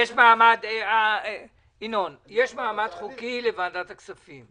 יש מעמד חוקי לוועדת הכספים.